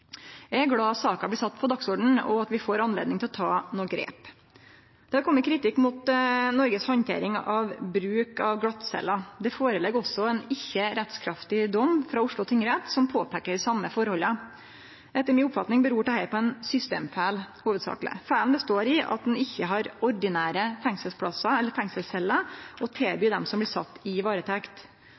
Eg er glad saka blir sett på dagsordenen, og at vi får anledning til å ta nokre grep. Det har kome kritikk mot Noreg si handtering av bruk av glattceller. Det ligg òg føre ein ikkje rettskraftig dom frå Oslo tingrett, som påpeiker dei same forholda. Etter mi oppfatning kviler dette hovudsakleg på ein systemfeil. Feilen består i at ein ikkje har ordinære fengselsplassar eller fengselsceller å tilby dei som blir sette i varetekt.